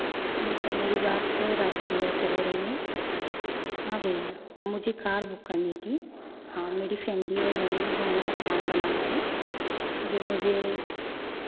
हाँ क्या मेरी बात राजू भैया से हो रही है हाँ भैया मुझे कार बुक करनी थी हाँ मेरी फै़मिली और मैंने घूमने का प्लान बनाया है जो मुझे